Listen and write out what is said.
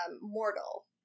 mortal